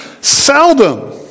Seldom